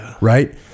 right